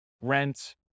rent